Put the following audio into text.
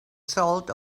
salt